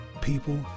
people